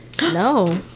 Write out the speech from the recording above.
No